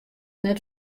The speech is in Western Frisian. net